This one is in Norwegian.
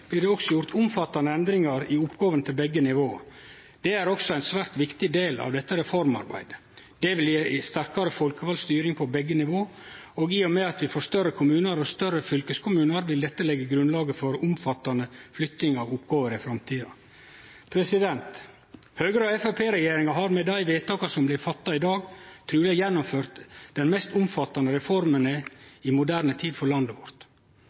blir det gjort omfattande endringar i oppgåvene til begge nivåa. Det er også ein svært viktig del av dette reformarbeidet. Dette vil gje sterkare folkevald styring på begge nivå, og i og med at vi får større kommunar og større fylkeskommunar, vil dette leggje grunnlaget for ei omfattande flytting av oppgåver i framtida. Høgre–Framstegsparti-regjeringa har med dei vedtaka som blir gjorde i dag, truleg gjennomført dei mest omfattande reformene i moderne tid for landet vårt.